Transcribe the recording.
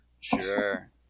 Sure